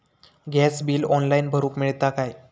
Gas bill online भरुक मिळता काय?